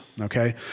okay